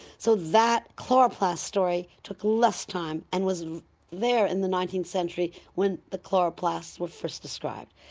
so that chloroplast story took less time and was there in the nineteenth century when the chloroplasts were first described.